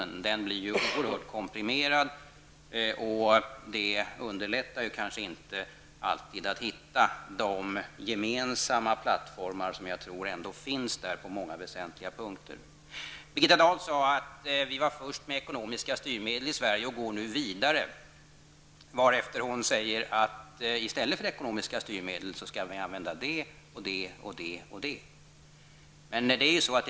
Denna behandling blir oerhört komprimerad, och det underlättar kanske inte strävandena att hitta de gemensamma plattformar som jag ändå tror finns på många väsentliga punkter. Birgitta Dahl sade att vi i Sverige var först med ekonomiska styrmedel och att vi nu går vidare, varefter hon säger att vi i stället för ekonomiska styrmedel skall använda det och det och det.